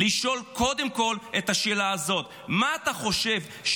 לשאול קודם כול את השאלה הזאת: מה אתה חושב,